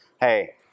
Hey